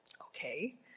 Okay